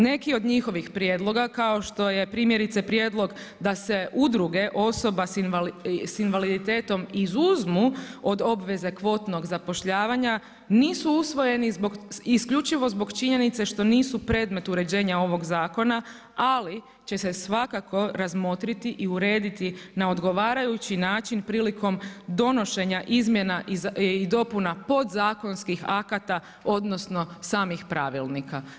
Neki od njihovi prijedloga, kao što je primjerice prijedlog da se udruge osoba s invaliditetom izuzmu od obveze kvotnog zapošljavanja, nisu usvojeni isključivo zbog činjenice što nisu predmet uređenja ovog zakona, ali će se svakako razmotriti i urediti na odgovarajući način prilikom donošenja izmjena i dopuna podzakonskih akata, odnosno, samih pravilnika.